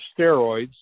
steroids